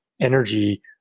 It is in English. energy